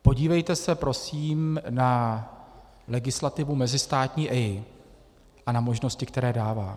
Podívejte se prosím na legislativu mezistátní EIA a na možnosti, které dává.